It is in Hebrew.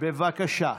בבקשה.